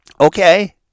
okay